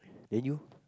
then you